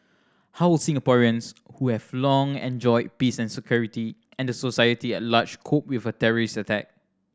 how will Singaporeans who have long enjoyed peace and security and the society at large cope with a terrorist attack